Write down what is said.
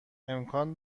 امکان